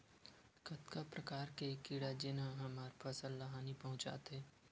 कतका प्रकार के कीड़ा जेन ह हमर फसल ल हानि पहुंचाथे?